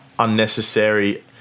unnecessary